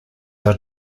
are